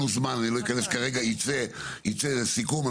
קבענו זמן ויצא סיכום.